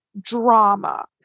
drama